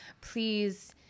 Please